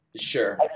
Sure